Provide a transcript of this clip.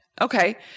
Okay